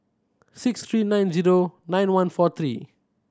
six three nine zero nine one four three